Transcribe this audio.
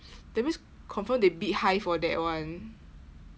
that means confirm they bid high for that one